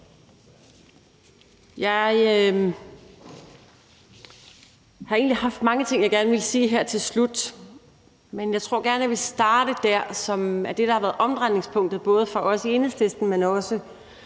Jeg har egentlig haft mange ting, jeg gerne ville sige her til slut, men jeg tror gerne, jeg vil starte der, hvor omdrejningspunktet har været, både for os i Enhedslisten, men også